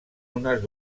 unes